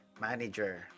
manager